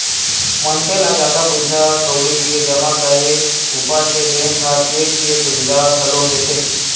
मनखे ल जादा पइसा कउड़ी के जमा करे ऊपर ले बेंक ह चेक के सुबिधा घलोक देथे